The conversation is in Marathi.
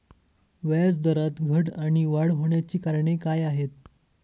व्याजदरात घट आणि वाढ होण्याची कारणे काय आहेत?